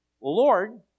Lord